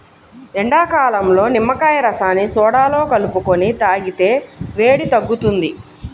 ఎండాకాలంలో నిమ్మకాయ రసాన్ని సోడాలో కలుపుకొని తాగితే వేడి తగ్గుతుంది